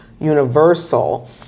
universal